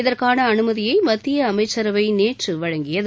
இதற்கான அனுமதியை மத்திய அமைச்சரவை நேற்று வழங்கியிருந்தது